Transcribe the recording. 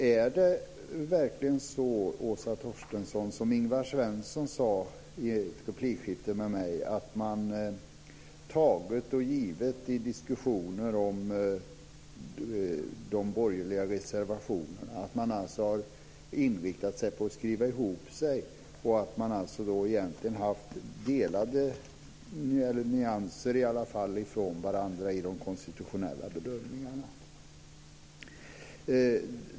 Är det verkligen så, Åsa Torstensson, som Ingvar Svensson sade i ett replikskifte med mig att man tagit och givit i diskussioner om de borgerliga reservationerna? Har man inriktat sig på att skriva ihop sig? Har det funnits delade meningar, eller i alla fall nyanser, i de konstitutionella bedömningarna?